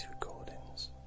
recordings